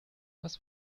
was